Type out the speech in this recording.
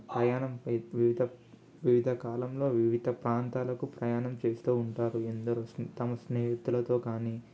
ప్రయాణం వివిధ వివిధ కాలంలో వివిధ ప్రాంతాలకు ప్రయాణం చేస్తూ ఉంటారు ఎందరో స్నే తమ స్నేహితులతోకానీ